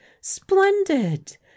Splendid